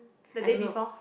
the day before